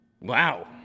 Wow